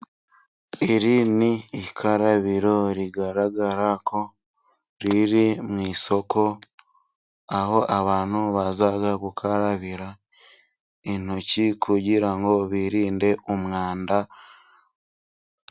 Iri ni ikarabiro rigaragara ko riri mu isoko. Aho abantu baza gukarabira intoki kugira ngo birinde umwanda.